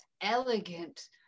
elegant